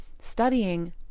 studying